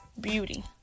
beauty